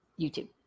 YouTube